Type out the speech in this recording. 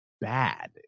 bad